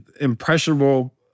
impressionable